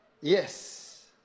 yes